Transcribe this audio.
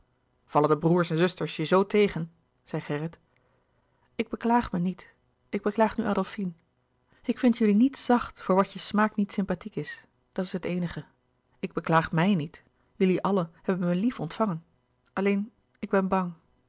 de broêrs en zusters je zoo tegen zei gerrit ik beklaag mij niet ik beklaag nu adolfine ik vind jullie niet zacht voor wat je smaak niet sympathiek is dat is het eenige ik beklaag m i j niet jullie allen hebben mij lief ontvangen alleen ik ben bang